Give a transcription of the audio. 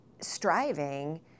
striving